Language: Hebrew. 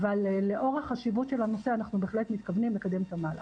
אבל לאור החשיבות של הנושא אנחנו בהחלט מתכוונים לקדם את המהלך.